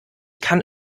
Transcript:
kann